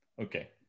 Okay